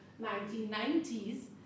1990s